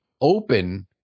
open